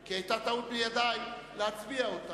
כי היתה טעות בידי להצביע אותה,